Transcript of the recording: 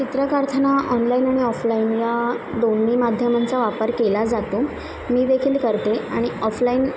चित्रकार्थना online आणि offline या दोन्ही माध्यमांचा वापर केला जातो मी देखील करते आणि ऑफलाईन